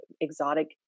exotic